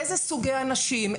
איזה סוגי אנשים,